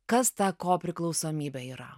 kas tą ko priklausomybė yra